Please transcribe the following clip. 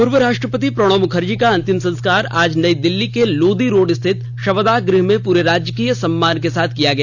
पूर्व राष्ट्रपति प्रणब मुखर्जी का अंतिम संस्कार आज नई दिल्ली के लोदी रोड स्थित शवदाह गृह में पूरे राजकीय सम्मान के साथ किया गया